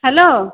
hello